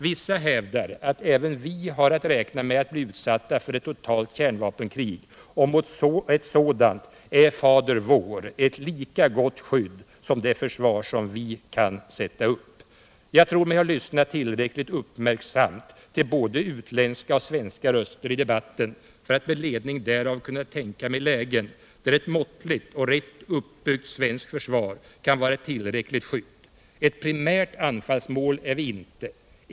Vissa hävdar att även vi har att räkna med att bli utsatta för ett totalt kärnvapenkrig, och mot ett sådant är ”Fader vår” ett lika gott skydd som det försvar vi kan sätta upp. Jag tror mig ha lyssnat tillräckligt uppmärksamt till både utländska och svenska röster i debatter för att med ledning därav kunna tänka mig lägen där ett måttligt och rätt uppbyggt svenskt försvar kan vara ett tillräckligt skydd. Ett primärt anfallsmål är vi inte.